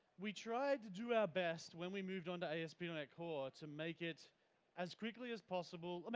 we tried to do our best when we moved on to asp. you know net core to make it as quickly as possible, um